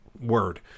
Word